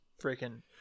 freaking